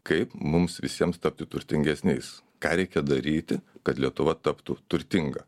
kaip mums visiems tapti turtingesniais ką reikia daryti kad lietuva taptų turtinga